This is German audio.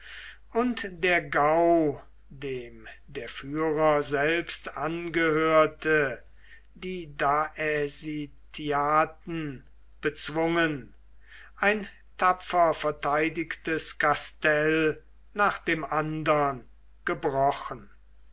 und der gau dem der führer selbst angehörte die daesitiaten bezwungen ein tapfer verteidigtes kastell nach dem andern gebrochen